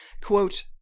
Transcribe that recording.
quote